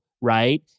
right